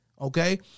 Okay